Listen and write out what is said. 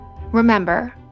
Remember